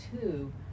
two